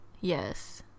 yes